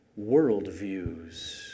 worldviews